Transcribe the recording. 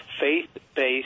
faith-based